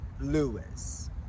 Lewis